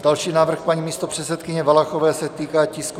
Další návrh paní místopředsedkyně Valachové se týká tisku 695.